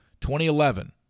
2011